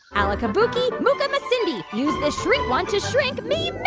ah alaka-bookie, mookamacindy, use this shrink wand to shrink me,